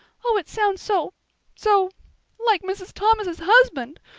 oh, it sounds so so like mrs. thomas's husband!